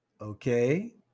okay